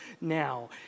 now